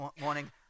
morning